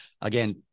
again